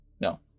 no